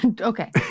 Okay